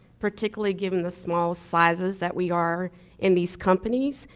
particularly given the small sizes that we are in these companies,